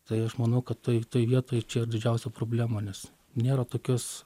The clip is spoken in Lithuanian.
tai aš manau kad toj toj vietoj čia yra didžiausia problema nes nėra tokios